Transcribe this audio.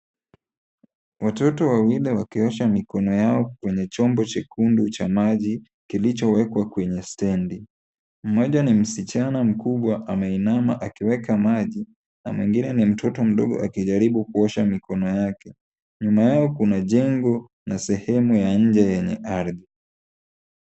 Watoto wawili wakiosha mikono yao kwenye chombo chekundu cha maji kilichowekwa kwenye stendi. Mmoja ni msichana mkubwa ameinama akiweka maji na mwengine ni mtoto mdogo akijaribu kuosha mikono yake. Nyuma yao kuna jengo na sehemu ya nje yenye ardhi.